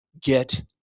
Get